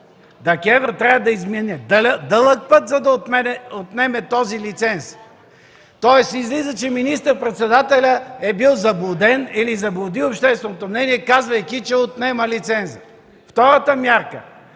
регулиране трябва да измине дълъг път, за да отнеме този лиценз. Излиза, че министър-председателят е бил заблуден или заблуди общественото мнение, казвайки, че отнема лиценза. Втората мярка